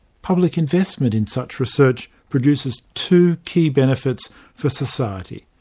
public investment in such research produces two key benefits for society.